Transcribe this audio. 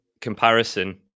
comparison